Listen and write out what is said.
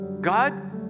God